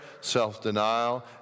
self-denial